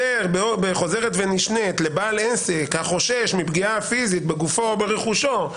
חוזרת ונשנית לבעל עסק החושש מפגיעה פיזית בגופו או ברכושו.